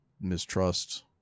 mistrust